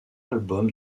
album